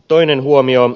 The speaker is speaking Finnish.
toinen huomio